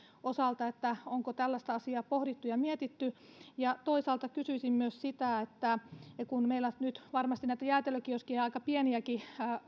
osalta että onko tällaista asiaa pohdittu ja mietitty toisaalta kysyisin myös tästä kun meillä nyt varmasti näitä jäätelökioskeja ja aika pieniäkin